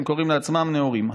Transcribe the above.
הם קוראים לעצמם נאורים,